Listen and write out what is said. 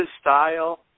style